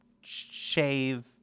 shave